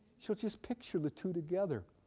she'll just picture the two together.